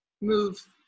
move